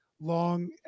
long